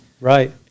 right